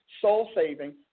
soul-saving